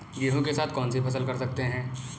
गेहूँ के साथ कौनसी फसल कर सकते हैं?